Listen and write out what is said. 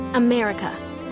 America